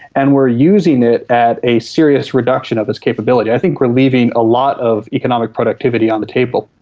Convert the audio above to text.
and we are using it at a serious reduction of its capability. i think we are leaving a lot of economic productivity on the table.